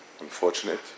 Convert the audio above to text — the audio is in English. unfortunate